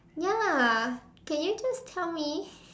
ya lah can you just tell me